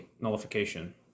nullification